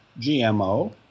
GMO